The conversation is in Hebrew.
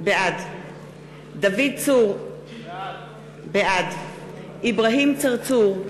בעד דוד צור, בעד אברהים צרצור,